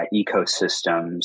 ecosystems